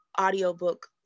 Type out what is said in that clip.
audiobook